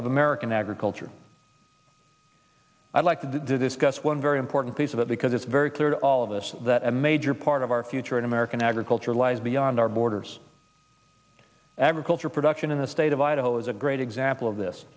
of american agriculture i'd like to do this gus one very important piece of it because it's very clear to all of us that a major part of our future in american agriculture lies beyond our borders agricultural production in the state of idaho is a great example of this